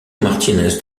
martínez